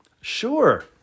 sure